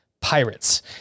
Pirates